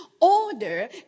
Order